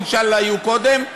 אינשאללה יהיו קודם,